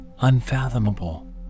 unfathomable